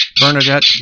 Bernadette